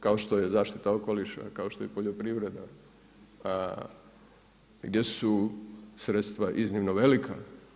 Kao što je zaštita okoliša, kao što je poljoprivreda, gdje su sredstva iznimno velika.